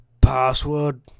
Password